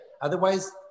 Otherwise